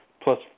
plus